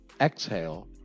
exhale